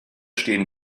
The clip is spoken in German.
stehen